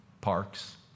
Parks